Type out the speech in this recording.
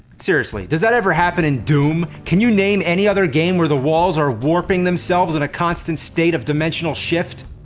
seriously, does that ever happen in doom? can you name any other game where the walls are warping themselves in a constant state of dimensional shift?